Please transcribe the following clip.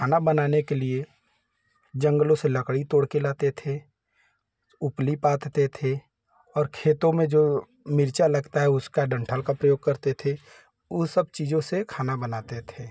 खाना बनाने के लिए जंगलों से लकड़ी तोड़ कर लाते थे उपली पाटते थे और खेतों में जो मिर्च लगती है उसका डंठल का प्रयोग करते थे वह सब चीज़ों से खाना बनाते थे